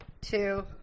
two